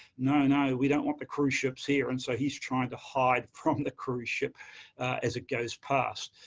no-no, we don't want the cruise ships here, and so, he's trying to hide from the cruise ship as it goes past.